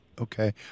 Okay